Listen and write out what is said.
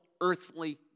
earthly